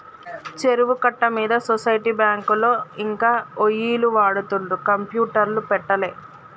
చెరువు కట్ట మీద సొసైటీ బ్యాంకులో ఇంకా ఒయ్యిలు వాడుతుండ్రు కంప్యూటర్లు పెట్టలే